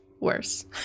worse